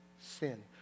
sin